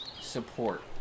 support